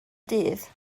dydd